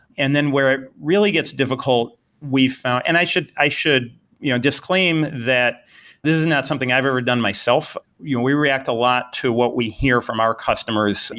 and then where it really gets we found and i should i should you know disclaim that this is not something i've ever done myself. you know we react a lot to what we hear from our customers.